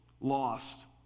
lost